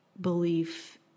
belief